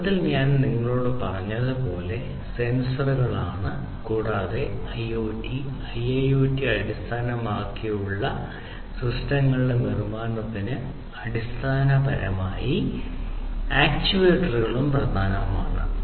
തുടക്കത്തിൽ ഞാൻ നിങ്ങളോട് പറഞ്ഞതുപോലെ സെൻസറുകളാണ് കൂടാതെ IoT IIoT അടിസ്ഥാനമാക്കിയുള്ള സിസ്റ്റങ്ങളുടെ നിർമ്മാണത്തിന് അടിസ്ഥാനപരമായി ആക്റ്റേറ്ററുകൾ പ്രധാനമാണ്